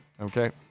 Okay